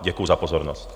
Děkuji za pozornost.